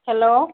hello